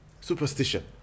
superstition